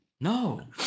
No